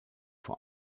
vor